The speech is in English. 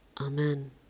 Amen